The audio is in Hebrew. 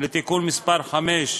לתיקון מס' 5,